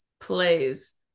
plays